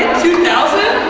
two thousand?